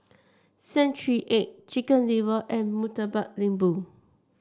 Century Egg Chicken Liver and Murtabak Lembu